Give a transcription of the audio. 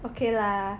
okay lah